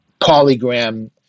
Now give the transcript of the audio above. Polygram